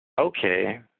okay